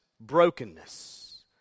brokenness